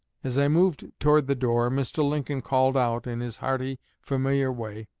as i moved toward the door, mr. lincoln called out, in his hearty, familiar way,